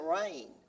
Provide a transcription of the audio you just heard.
rain